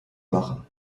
machen